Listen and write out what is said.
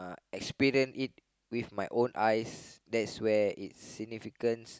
experience it with my own eyes that's where it's significance